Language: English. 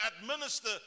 administer